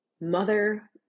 mother